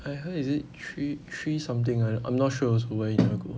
I heard is it three three something I I'm not sure also why he never go